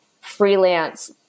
freelance